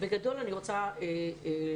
בגדול אני רוצה לומר,